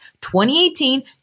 2018